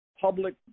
public